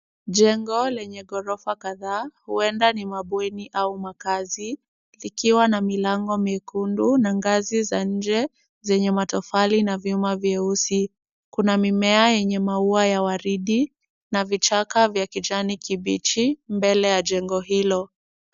Jengo lenye ghorofa kadhaa, huenda ni mabweni au makazi, likiwa na milango miekundu na ngazi za nje zenye matofali na vyuma vyeusi. Kuna mimea yenye maua ya waridi na vichaka vya kijani kibichi mbele ya jengo hilo.